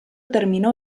terminó